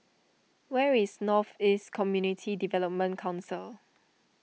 where is North East Community Development Council